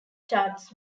starts